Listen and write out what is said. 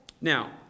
Now